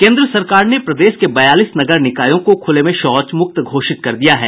केन्द्र सरकार ने प्रदेश के बयालीस नगर निकायों को खूले में शौच मुक्त घोषित कर दिया है